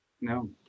No